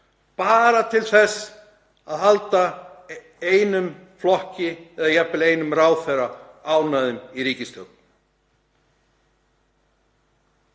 bara til þess að halda einum flokki eða jafnvel einum ráðherra ánægðum í ríkisstjórn.